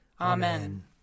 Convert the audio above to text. Amen